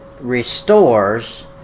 restores